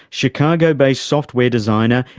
chicago-based software designer,